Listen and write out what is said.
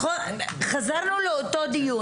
חזרנו לאותו דיון,